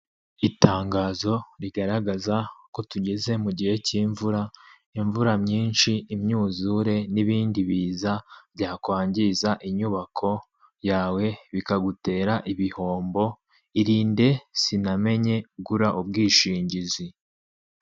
Itangazo rigaragaza ko tugeze mu gihe cy'imvura, imvura nyinshi, imyuzure n'ibindi biza byakwangiza inyubako yawe bikagutera ibihombo. Irinde sinamenye ugure ubwishingizi.